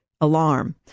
alarm